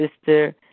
sister